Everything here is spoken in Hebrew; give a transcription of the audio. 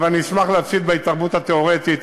אבל אני אשמח להפסיד בהתערבות התיאורטית,